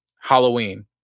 Halloween